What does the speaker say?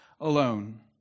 alone